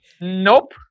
Nope